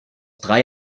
drei